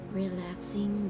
relaxing